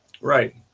right